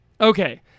Okay